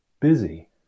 busy